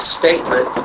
statement